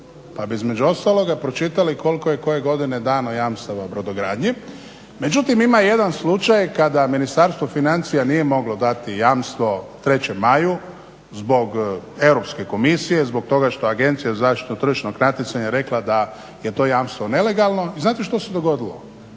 pa bi između ostaloga pročitali koliko je koje godine dano jamstava brodogradnji. Međutim ima jedan slučaj kada Ministarstvo financija nije moglo dati jamstvo 3.maju zbog EU komisije zbog toga što Agencija za zaštitu tržišnog natjecanja rekla da je to jamstvo nelegalno i znate što se dogodilo?